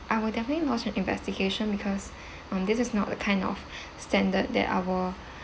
I will definitely lodge an investigation because um this is not the kind of standard that our